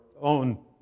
own